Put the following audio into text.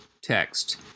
text